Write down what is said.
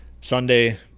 Sunday